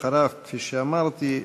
אחריו, כפי שאמרתי,